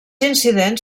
incidents